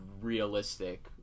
realistic